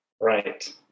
right